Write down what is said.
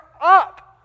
up